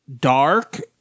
dark